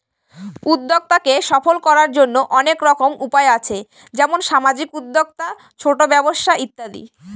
উদ্যক্তাকে সফল করার জন্য অনেক রকম উপায় আছে যেমন সামাজিক উদ্যোক্তা, ছোট ব্যবসা ইত্যাদি